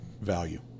value